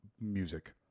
music